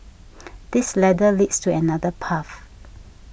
this ladder leads to another path